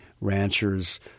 ranchers